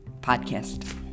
podcast